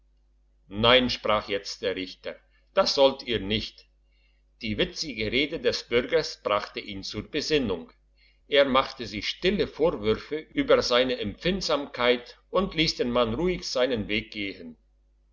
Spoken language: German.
nein sprach jetzt der richter das sollt ihr nicht die witzige rede des bürgers brachte ihn zur besinnung er machte sich stille vorwürfe über seine empfindlichkeit und liess den mann ruhig seinen weg gehen